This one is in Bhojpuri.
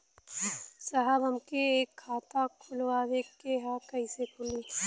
साहब हमके एक खाता खोलवावे के ह कईसे खुली?